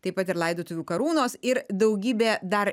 taip pat ir laidotuvių karūnos ir daugybė dar